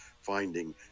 finding